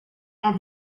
and